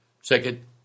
Second